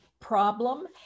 problem